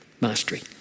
mastery